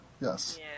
Yes